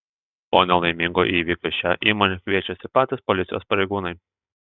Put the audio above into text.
po nelaimingo įvykio šią įmonę kviečiasi patys policijos pareigūnai